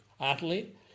athlete